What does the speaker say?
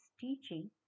teaching